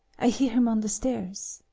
i hear him on the stairs.